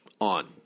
on